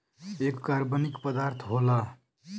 एक कार्बनिक पदार्थ होला